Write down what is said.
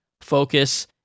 focus